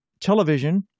Television